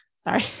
Sorry